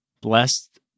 blessed